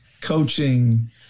coaching